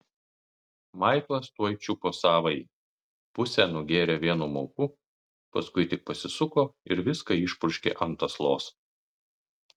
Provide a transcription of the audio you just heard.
maiklas tuoj čiupo savąjį pusę nugėrė vienu mauku paskui tik pasisuko ir viską išpurškė ant aslos